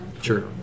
sure